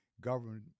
government